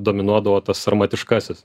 dominuodavo tas sarmatiškasis